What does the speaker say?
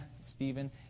Stephen